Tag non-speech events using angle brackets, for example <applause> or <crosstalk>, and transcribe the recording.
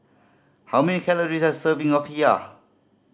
how many calories does a serving of <unintelligible>